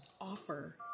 offer